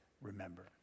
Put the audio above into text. remember